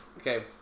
Okay